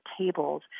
tables